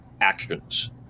actions